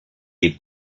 est